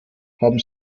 haben